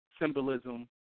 symbolism